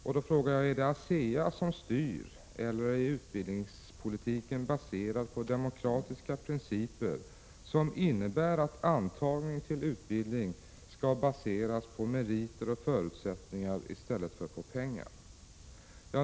Är det Asea som styr, eller är utbildningspolitiken baserad på demokratiska principer, som innebär att antagningen till utbildning skall baseras på meriter och förutsättningar i stället för på pengar?